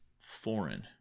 foreign